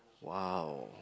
!wow!